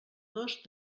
dos